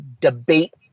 debate